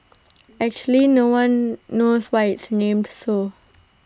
actually no one knows why IT is named so